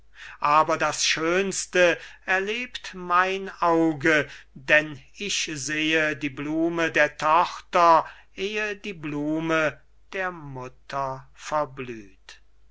aber das schönste erlebt mein auge denn ich sehe die blume der tochter ehe die blume der mutter verblüht